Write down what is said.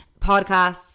Podcasts